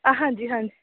ਹਾਂਜੀ ਹਾਂਜੀ